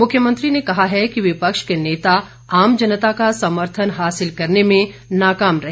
मुख्यमंत्री ने कहा है कि विपक्ष के नेता आम जनता का समर्थन हासिल करने में नाकाम रहे